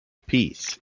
peace